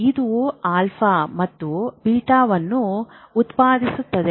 ಇದು ಆಲ್ಫಾ ಮತ್ತು ಬೀಟಾವನ್ನು ಉತ್ಪಾದಿಸುತ್ತದೆ